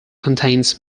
contains